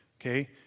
Okay